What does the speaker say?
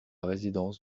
résidence